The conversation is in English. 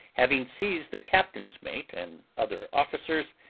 having seized the captain's mate and other officers,